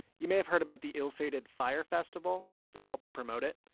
you may have heard about the ill-fated fyre festival. they helped promote it.